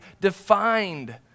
defined